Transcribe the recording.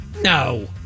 No